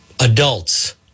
adults